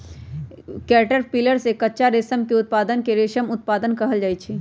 caterpillar से कच्चा रेशम के उत्पादन के रेशम उत्पादन कहल जाई छई